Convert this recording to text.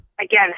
again